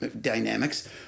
dynamics